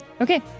Okay